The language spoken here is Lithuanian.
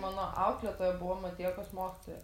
mano auklėtoja buvo matiekos mokytoja